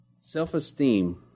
self-esteem